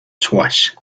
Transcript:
twice